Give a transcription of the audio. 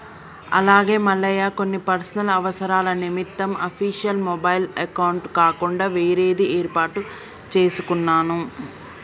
అలాగే మల్లయ్య కొన్ని పర్సనల్ అవసరాల నిమిత్తం అఫీషియల్ మొబైల్ అకౌంట్ కాకుండా వేరేది ఏర్పాటు చేసుకున్నాను